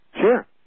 Sure